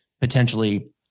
potentially